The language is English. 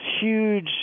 huge